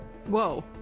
Whoa